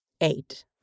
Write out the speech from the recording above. Eight